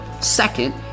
second